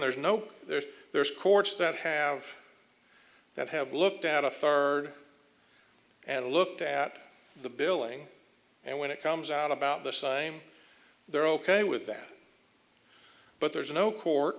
there's no there's there's courts that have that have looked at afar and looked at the billing and when it comes out about the side they're ok with that but there's no court